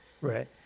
Right